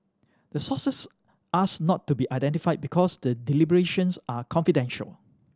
the sources ask not to be identified because the deliberations are confidential